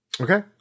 Okay